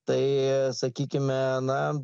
tai sakykime na